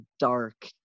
dark